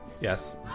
Yes